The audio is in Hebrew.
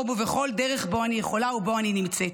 ובכל דרך שבהם אני יכולה ושבהם אני נמצאת.